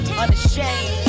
unashamed